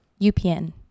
UPN